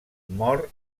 mor